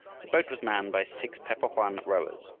the boat was manned by six pe-po-hoan rowers,